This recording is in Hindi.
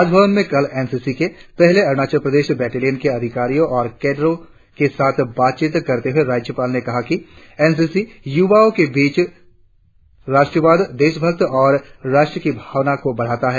राजभवन में कल एनसीसी के पहली अरुणाचल प्रदेश बटालियन के अधिकारियों और कैडेटों के साथ बातचीत करते हुए राज्यपाल ने कहा कि एनसीसी युवा छात्रो के बीच राष्ट्रवाद देशभक्ति और राष्ट्र की भावना को बढ़ाता है